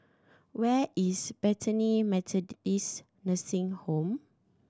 where is Bethany Methodist Nursing Home